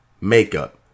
makeup